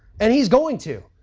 and he's going to.